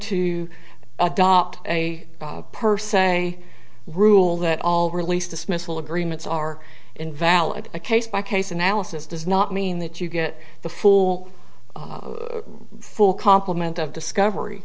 to adopt a per se rule that all release dismissal agreements are invalid a case by case analysis does not mean that you get the full full compliment of discovery